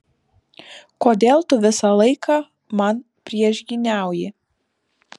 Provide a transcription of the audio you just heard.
kodėl tu visą laiką man priešgyniauji